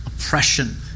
Oppression